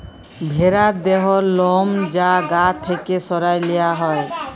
ভ্যারার দেহর লম যা গা থ্যাকে সরাঁয় লিয়া হ্যয়